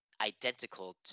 identical